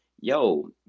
yo